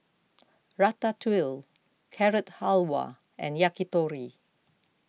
Ratatouille Carrot Halwa and Yakitori